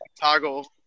toggle